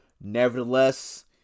Nevertheless